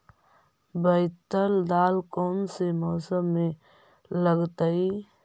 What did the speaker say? बैतल दाल कौन से मौसम में लगतैई?